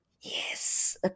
Yes